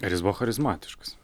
ar jis buvo charizmatiškas